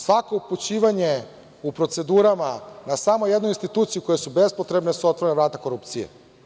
Svako upućivanje u procedurama na samo jednu instituciju koje su bespotrebne, su otvorena vrata korupcije.